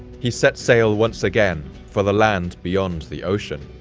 he set sail once again for the land beyond the ocean.